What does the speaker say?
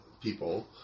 people